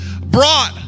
brought